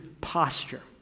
posture